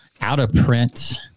out-of-print